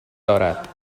دارد